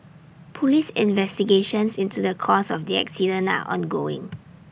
Police investigations into the cause of the accident now ongoing